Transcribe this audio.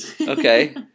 Okay